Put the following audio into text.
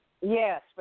Yes